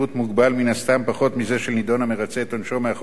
מזה של נידון המרצה את עונשו מאחורי סורג ובריח.